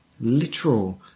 literal